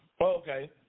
Okay